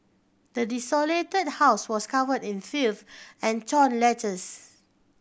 the desolated house was covered in filth and torn letters